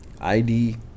id